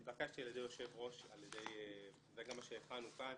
נתבקשתי על ידי היושב-ראש - זה גם מה שהכנו כאן